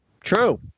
True